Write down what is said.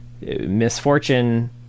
Misfortune